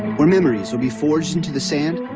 where memories will be forged into the sand